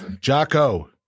Jocko